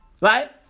right